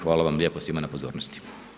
Hvala vam lijepo svima na pozornosti.